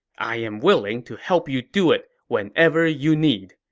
i am willing to help you do it whenever you need,